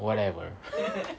whatever